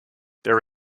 there